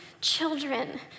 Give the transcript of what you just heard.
children